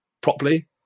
properly